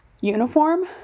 uniform